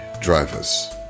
drivers